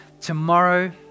Tomorrow